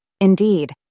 Indeed